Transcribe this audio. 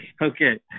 Okay